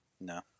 No